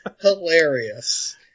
Hilarious